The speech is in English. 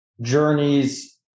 journeys